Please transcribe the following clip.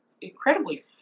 incredibly